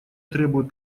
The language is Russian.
требуют